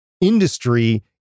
industry